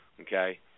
okay